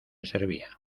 servía